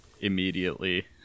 immediately